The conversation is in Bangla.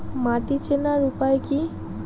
মাটি চেনার উপায় কি?